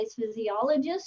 physiologist